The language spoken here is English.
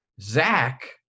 Zach